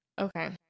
Okay